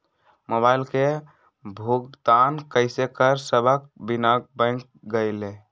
Mobile के भुगतान कईसे कर सकब बिना बैंक गईले?